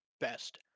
best